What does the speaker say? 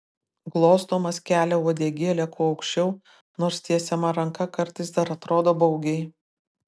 glostomas kelia uodegėlę kuo aukščiau nors tiesiama ranka kartais dar atrodo baugiai